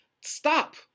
stop